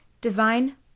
divine